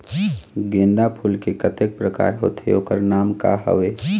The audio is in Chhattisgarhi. गेंदा फूल के कतेक प्रकार होथे ओकर नाम का हवे?